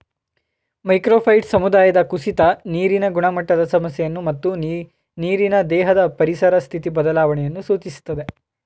macrophyte ಸಮುದಾಯದ ಕುಸಿತ ನೀರಿನ ಗುಣಮಟ್ಟದ ಸಮಸ್ಯೆಯನ್ನು ಮತ್ತು ನೀರಿನ ದೇಹದ ಪರಿಸರ ಸ್ಥಿತಿ ಬದಲಾವಣೆಯನ್ನು ಸೂಚಿಸ್ತದೆ